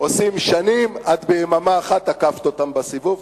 עושים שנים, את ביממה אחת עקפת אותם בסיבוב.